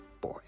boy